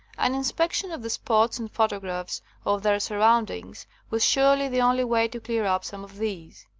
an inspection of the spots and photographs of their surroundings was surely the only way to clear up some of these.